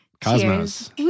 Cosmos